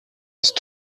ist